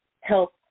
help